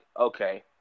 okay